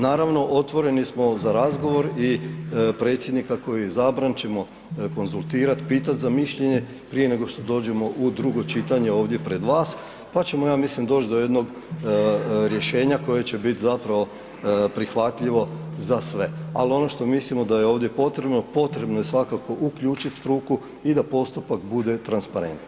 Naravno, otvoreni smo za razgovor i Predsjednika koji je izabran ćemo konzultirat, pitat za mišljenje prije nego što dođemo u drugo čitanje ovdje pred vas pa ćemo ja mislim doć do jednog rješenja koje će biti zapravo prihvatljivo za sve ali ono što mislimo da je ovdje potrebno, potrebno je svakako uključiti struku i da postupak bude transparentniji.